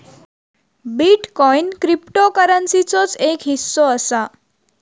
bitcoin क्रिप्टोकरंसीचोच एक हिस्सो असा